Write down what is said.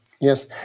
Yes